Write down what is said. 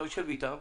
אתה יושב אתם,